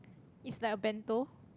it's like a bento